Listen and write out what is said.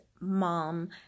mom